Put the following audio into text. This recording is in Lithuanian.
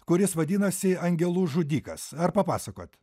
kuris vadinasi angelų žudikas ar papasakoti